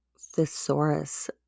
thesaurus